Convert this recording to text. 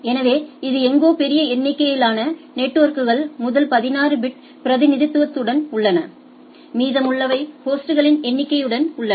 எனவே இது எங்கோ பெரிய எண்ணிக்கையிலான நெட்வொர்க்குகள் முதல் 16 பிட் பிரதிநிதித்துவத்துடன் உள்ளன மீதமுள்ளவை ஹோஸ்ட்களின் எண்ணிக்கையுடன் உள்ளன